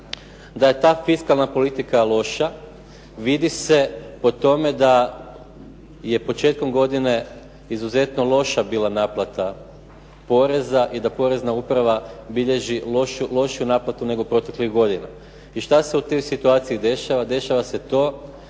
Da je ta fiskalna politika loša vidi se po tome da je početkom godine izuzetno loša bila naplata poreza i da Porezna uprava bilježi lošiju naplatu nego proteklih godina. I šta se u tim situacijama dešava? Dešava se to